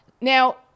Now